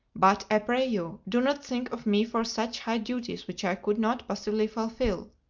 but, i pray you, do not think of me for such high duties which i could not possibly fulfil.